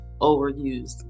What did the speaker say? overused